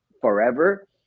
forever